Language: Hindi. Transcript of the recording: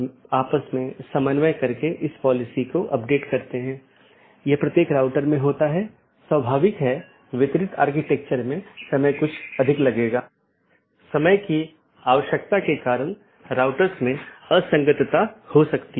इसलिए अगर हम फिर से इस आंकड़े पर वापस आते हैं तो यह दो BGP स्पीकर या दो राउटर हैं जो इस विशेष ऑटॉनमस सिस्टमों के भीतर राउटरों की संख्या हो सकती है